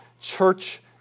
church